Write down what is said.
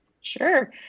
Sure